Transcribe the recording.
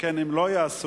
שכן אם לא יעשה